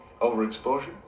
overexposure